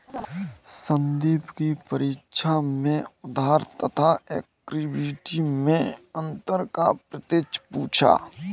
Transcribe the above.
संदीप की परीक्षा में उधार तथा इक्विटी मैं अंतर का प्रश्न पूछा